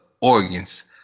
organs